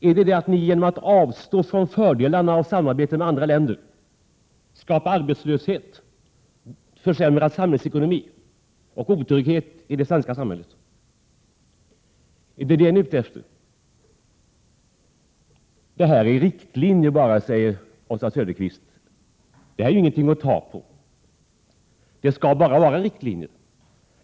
Är det så att ni genom att avstå från fördelarna med samarbete med andra länder vill skapa arbetslöshet, försämra samhällsekonomin och åstadkomma otrygghet i det svenska samhället? Är det detta ni är ute efter? Oswald Söderqvist säger att det bara är riktlinjer och ingenting att ta på. Det skall bara vara riktlinjer.